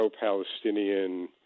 pro-Palestinian